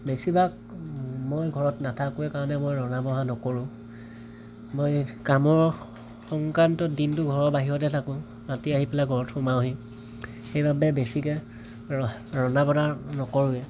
বেছিভাগ মই ঘৰত নেথাকোঁৱেই কাৰণে মই ৰন্ধা বঢ়া নকৰোঁ মই কামৰ সংক্ৰান্তত দিনটো ঘৰৰ বাহিৰতে থাকোঁ ৰাতি আহি পেলাই ঘৰত সোমাওঁহি সেইবাবে বেছিকৈ ৰ ৰন্ধা বঢ়া নকৰোঁৱেই